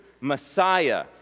Messiah